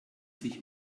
sich